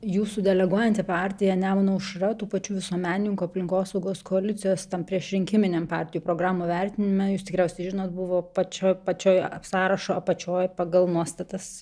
jūsų deleguojanti partija nemuno aušra tų pačių visuomenininkų aplinkosaugos koalicijos tam priešrinkiminiam partijų programų vertinime jūs tikriausiai žinot buvo pačioj pačioj sąrašo apačioj pagal nuostatas